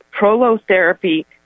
prolotherapy